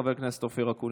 חבר הכנסת אופיר אקוניס,